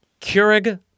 Keurig